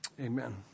amen